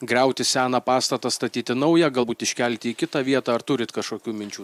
griauti seną pastatą statyti naują galbūt iškelti į kitą vietą ar turit kažkokių minčių